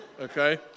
okay